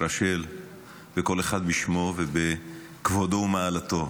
רשל וכל אחד בשמו ובכבודו ובמעלתו,